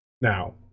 Now